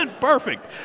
Perfect